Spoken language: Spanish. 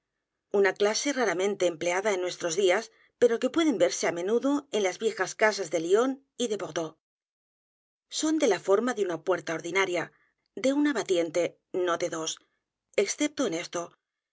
una clase raramente e m pleada en nuestros días pero que pueden verse á m e nudo en las viejas casas de lyon y de bordeaux son de la forma de u n a puerta ordinaria de una batiente no de dos excepto en esto